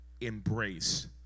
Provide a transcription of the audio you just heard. embrace